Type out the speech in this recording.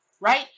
Right